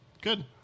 good